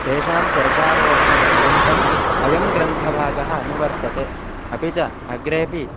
तेषां स्वर्गारोहणपर्यन्तम् अयं ग्रन्थभागः अनुवर्तते अपि च अग्रेऽपि